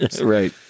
Right